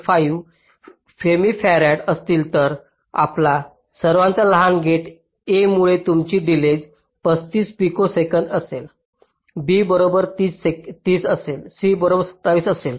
5 femtofarads असतील तर आपल्या सर्वात लहान गेट A मुळे तुमची डिलेज 35 पिको सेकंद असेल B बरोबर 30 असेल C बरोबर 27 असेल